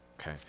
Okay